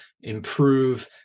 improve